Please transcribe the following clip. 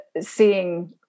seeing